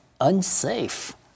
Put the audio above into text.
unsafe